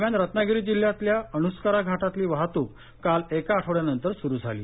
दरम्यान रत्नागिरी जिल्ह्यातल्या अणुस्कुरा घाटातली वाहतूक काल एका आठवड्यानंतर सुरू झाली